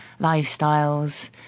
lifestyles